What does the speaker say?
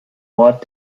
ort